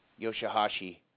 Yoshihashi